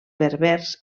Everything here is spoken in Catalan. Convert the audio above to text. berbers